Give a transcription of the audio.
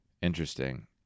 Interesting